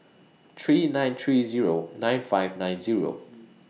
three nine three Zero nine five nine Zero